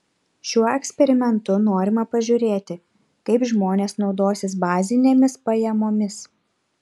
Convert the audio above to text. šiuo eksperimentu norima pažiūrėti kaip žmonės naudosis bazinėmis pajamomis